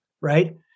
right